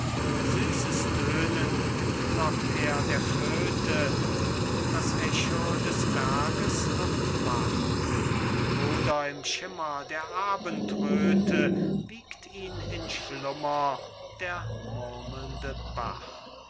süßes tönen entlockt er der flöte und das echo des berges wird wach oder im schimmer der abendröthe wiegt ihn in schlummer der murmelnde bach aber